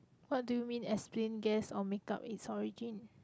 what do you mean explain guess or make up its origin